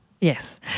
Yes